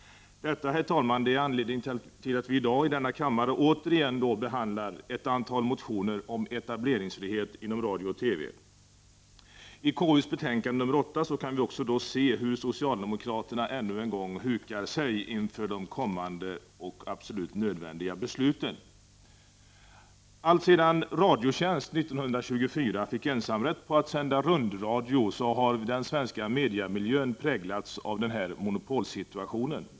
Detta, herr talman, är anledningen till att vi i dag i denna kammare återigen behandlar ett antal motioner om etableringsfrihet inom radio och TV. Av konstitutionsutskottets betänkande nr 8 framgår hur socialdemokraterna ännu en gång hukar sig inför kommande och absolut nödvändiga beslut. Alltsedan Radiotjänst 1924 fick ensamrätt på rundradiosändningar har den svenska mediamiljön präglats av denna monopolsituation.